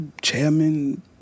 chairman